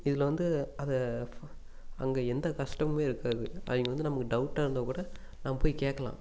இதில் வந்து அதை அங்கே எந்த கஷ்டமுமே இருக்காது அவங்க வந்து நமக்கு டவுட்டாக இருந்தால் கூட நம்ம போய் கேட்கலாம்